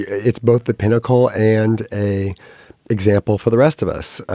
it's both the pinnacle and a example for the rest of us. ah